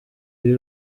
b’i